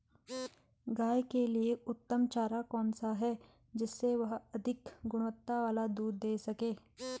गाय के लिए उत्तम चारा कौन सा है जिससे वह अधिक गुणवत्ता वाला दूध दें सके?